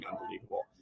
unbelievable